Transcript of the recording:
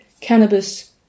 cannabis